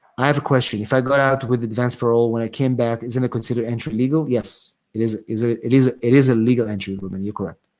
i have a question. if i got out with advance parole, when i came back, is it a considered entry legal? yes, it is. it is. it is a legal entry, ruben. you're correct.